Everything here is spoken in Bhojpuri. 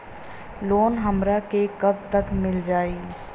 लोन हमरा के कब तक मिल जाई?